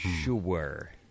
sure